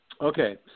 Okay